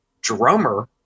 drummer